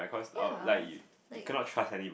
yeah like